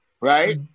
right